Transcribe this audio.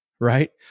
right